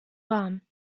warm